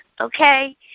okay